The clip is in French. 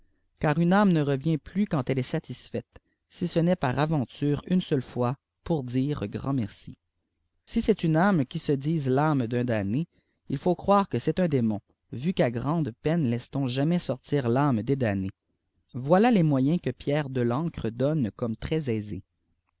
car une âme ne revient plus quand elle est satislite si ce n'est par aventure une seule fois pour dire grand meii si c'est une âme qui se di l'âmè d'un damné il fout croire que c'est un démon vu qu'à grande peine laiw t ou jattiais sortir des damnés voilà les moyens que pierre delancre donne comme très aisés